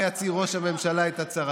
שבהם יצהיר ראש הממשלה את הצהרתו,